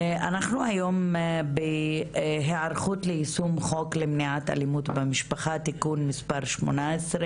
אנחנו היום בהיערכות ליישום חוק למניעת אלימות במשפחה (תיקון מס' 18